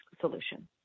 solution